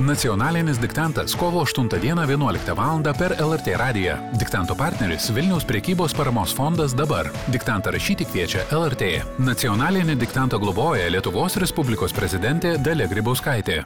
nacionalinis diktantas kovo aštuntą dieną vienuoliktą valandą per lrt radiją diktanto partneris vilniaus prekybos paramos fondas dabar diktantą rašyti kviečia lrt nacionalinį diktantą globoja lietuvos respublikos prezidentė dalia grybauskaitė